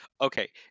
Okay